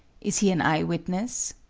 is he an eye-witness?